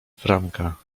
franka